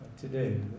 today